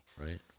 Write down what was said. Right